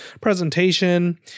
presentation